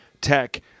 Tech